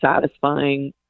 satisfying